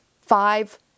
Five